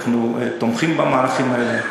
תומכים במהלכים האלה,